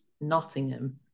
Nottingham